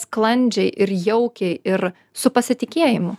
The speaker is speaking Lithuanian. sklandžiai ir jaukiai ir su pasitikėjimu